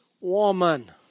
woman